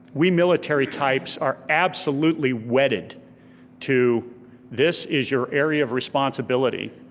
we military types are absolutely wedded to this is your area of responsibility.